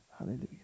Hallelujah